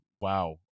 wow